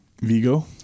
Vigo